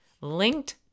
linked